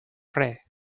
prés